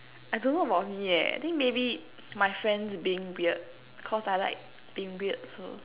I don't know about me leh I think maybe my friends being weird cause I like being weird also